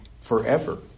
forever